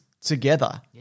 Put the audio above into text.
together